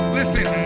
listen